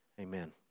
Amen